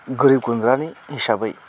गोरिब गुन्द्रानि हिसाबै